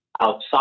outside